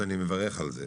אז אני מברך על זה.